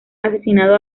asesinado